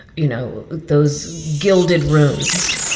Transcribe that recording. you know those gilded rooms.